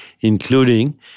including